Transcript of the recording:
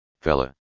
fella